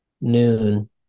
noon